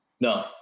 No